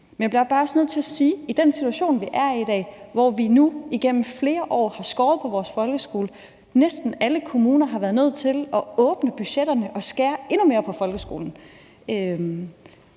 Men jeg bliver også bare nødt til at sige, at i forhold til den situation, vi er i i dag, hvor vi nu igennem flere år har skåret ned på vores folkeskole, og hvor næsten alle kommuner har været nødt til at åbne budgetterne og skære endnu mere ned på folkeskolen,